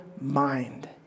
mind